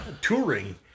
touring